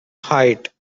height